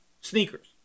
sneakers